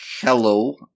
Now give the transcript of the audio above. Hello